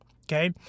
Okay